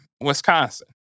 Wisconsin